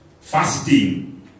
fasting